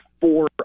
four